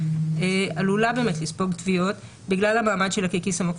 עלולה לספוג תביעות בגלל המעמד שלה ככיס עמוק.